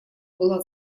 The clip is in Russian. была